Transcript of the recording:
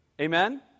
Amen